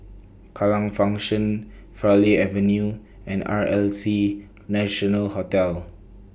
Kallang Function Farleigh Avenue and R L C National Hotel